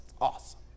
awesome